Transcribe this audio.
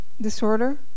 disorder